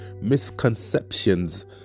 misconceptions